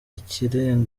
ikirego